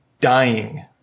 dying